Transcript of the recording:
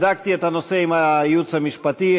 בדקתי את הנושא עם הייעוץ המשפטי,